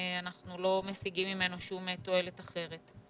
אנחנו לא משיגים ממנו שום תועלת אחרת.